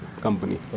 company